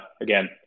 again